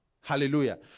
Hallelujah